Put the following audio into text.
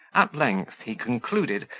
at length, he concluded,